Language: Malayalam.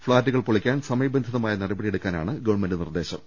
ഫ്ളാറ്റുകൾ പൊളിക്കാൻ സമയബന്ധിതമായ നടപട്ടിയെടുക്കാനാണ് ഗവൺമെന്റിന്റെ നിർദ്ദേശം